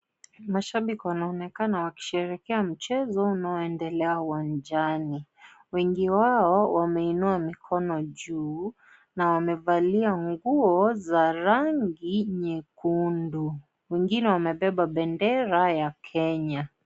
Mashabiki wanaonekana wakisherehekea mchezo unaoendelea uwanjani wengi wao wameinua mikono juu na wamevalia nguo za rangi nyekundu wengine wamebeba bendera ya Kenya.